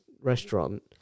restaurant